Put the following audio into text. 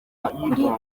kuri